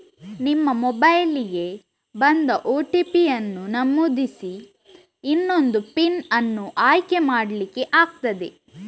ನಿಮ್ಮ ಮೊಬೈಲಿಗೆ ಬಂದ ಓ.ಟಿ.ಪಿ ಅನ್ನು ನಮೂದಿಸಿ ಇನ್ನೊಂದು ಪಿನ್ ಅನ್ನು ಆಯ್ಕೆ ಮಾಡ್ಲಿಕ್ಕೆ ಆಗ್ತದೆ